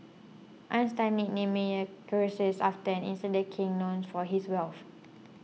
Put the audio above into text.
Einstein nicknamed Meyer Croesus after an ancient king known for his wealth